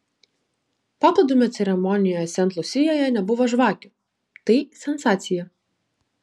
paplūdimio ceremonijoje sent lusijoje nebuvo žvakių tai sensacija